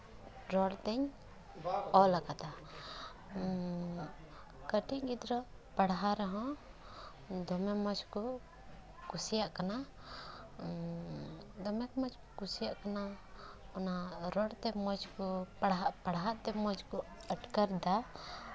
ᱨᱚᱲ ᱛᱮᱧ ᱚᱞ ᱠᱟᱫᱟ ᱠᱟᱹᱴᱤᱡ ᱜᱤᱫᱽᱨᱟᱹ ᱯᱟᱲᱦᱟᱣ ᱨᱮᱦᱚᱸ ᱫᱚᱢᱮ ᱢᱚᱡᱽ ᱠᱚ ᱠᱩᱥᱤᱭᱟᱜ ᱠᱟᱱᱟ ᱫᱚᱢᱮ ᱢᱚᱡᱽ ᱠᱚ ᱠᱩᱥᱤᱭᱟᱜ ᱠᱟᱱᱟ ᱚᱱᱟ ᱨᱚᱲᱛᱮ ᱢᱚᱡᱽ ᱠᱚ ᱯᱟᱲᱦᱟᱜ ᱯᱟᱲᱦᱟᱜ ᱛᱮ ᱢᱚᱡᱽ ᱠᱚ ᱟᱴᱠᱟᱨᱫᱟ